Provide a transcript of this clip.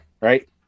right